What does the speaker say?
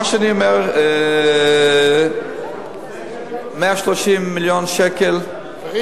מה שאני אומר הוא ש-130 מיליון שקל זה,